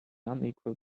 unequal